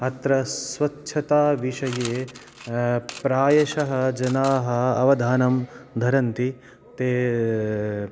अत्र स्वच्छताविषये प्रायशः जनाः अवधानं धरन्ति ते